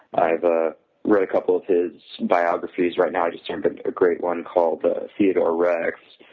i've ah read a couple of his biographies. right now, i just jumped on a great one called theodore rex.